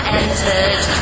entered